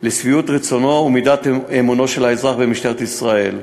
לשביעות רצונו ולמידת אמונו של האזרח במשטרת ישראל.